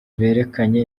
berekanye